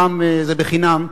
הפעם זה חינם,